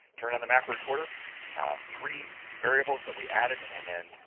turn on the macro recorder three variables that we added and then,